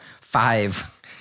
five